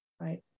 right